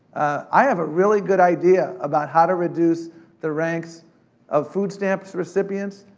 i have a really good idea about how to reduce the ranks of food stamps recipients,